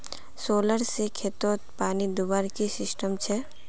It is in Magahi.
सोलर से खेतोत पानी दुबार की सिस्टम छे?